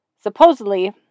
Supposedly